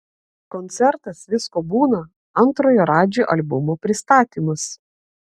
koncertas visko būna antrojo radži albumo pristatymas